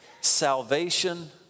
Salvation